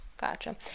Gotcha